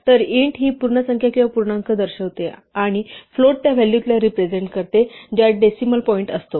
तर int हि पूर्णसंख्या किंवा पूर्णांक दर्शवते आणि float त्या व्हॅल्यूला रेप्रेझेन्ट करते ज्यात डेसिमल पॉईंट असतो